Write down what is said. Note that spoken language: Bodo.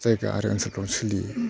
जायगा आरो ओनसोलफ्रावनो सोलियो